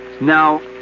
Now